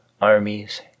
armies